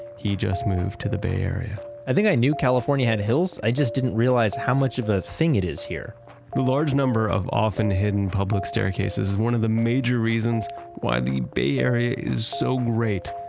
he just moved to the bay area i think i knew california had hills, i just didn't realize how much of a thing it is here the large number of often hidden public staircases is one of the major reasons why the bay area is so great.